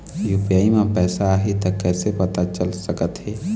UPI म पैसा आही त कइसे पता चल सकत हे?